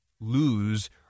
lose